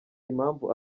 impamvu